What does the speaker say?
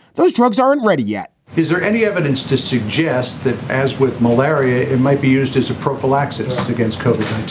those drugs aren't ready yet is there any evidence to suggest that, as with malaria, it might be used as a prophylaxis against co-design?